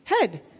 head